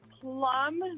Plum